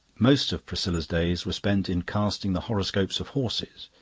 most of priscilla's days were spent in casting the horoscopes of horses,